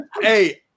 Hey